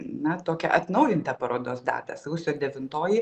na tokią atnaujintą parodos datą sausio devintoji